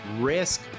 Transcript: risk